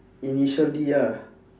initial D ah